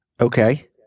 Okay